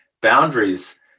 Boundaries